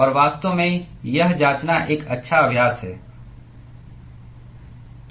और वास्तव में यह जांचना एक अच्छा अभ्यास है